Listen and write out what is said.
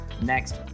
next